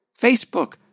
Facebook